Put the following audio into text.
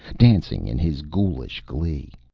dancing in his ghoulish glee.